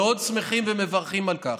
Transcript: מאוד שמחים ומברכים על כך.